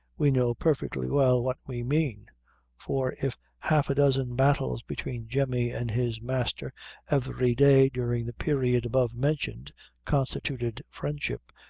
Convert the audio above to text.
we know perfectly well what we mean for if half a dozen battles between jemmy and his master every day during the period above mentioned constituted friendship,